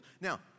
Now